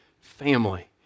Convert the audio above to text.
family